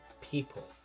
people